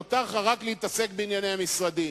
נותר לך רק להתעסק בענייני המשרדים.